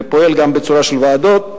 ופועל גם בצורה של ועדות,